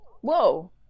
Whoa